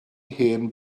hen